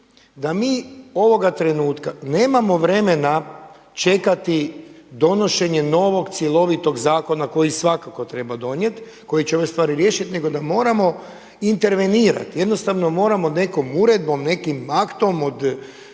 da mi ovoga trenutka nemamo vremena čekati donošenje novog cjelovitog zakona koji svakako treba donijeti, koji će ove stvari riješiti nego da moramo intervenirati, jednostavno moramo nekom uredbom nekim aktom od